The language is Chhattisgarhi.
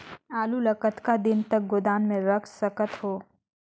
आलू ल कतका दिन तक गोदाम मे रख सकथ हों?